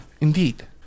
Indeed